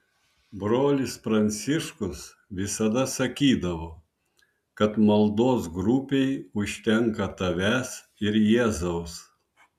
brolis pranciškus visada sakydavo kad maldos grupei užtenka tavęs ir jėzaus